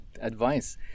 advice